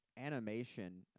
Animation